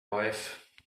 wife